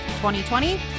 2020